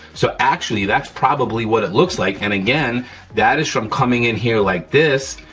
so actually, that's probably what it looks like and again that is from coming in here like this,